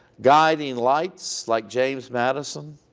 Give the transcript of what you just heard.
guiding lights like james madison,